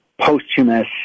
posthumous